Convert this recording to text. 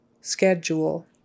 Schedule